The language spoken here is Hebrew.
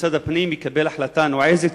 שמשרד הפנים יקבל החלטה נועזת,